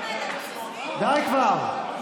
די כבר.